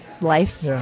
life